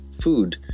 food